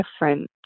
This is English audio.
different